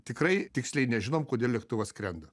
tikrai tiksliai nežinom kodėl lėktuvas skrenda